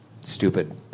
stupid